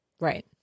Right